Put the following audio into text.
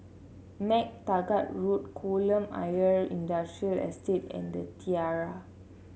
MacTaggart Road Kolam Ayer Industrial Estate and The Tiara